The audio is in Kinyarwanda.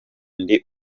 ndi